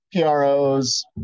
PRO's